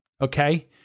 okay